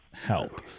help